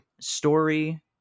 Story